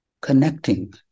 connecting